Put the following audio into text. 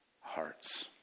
hearts